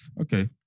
Okay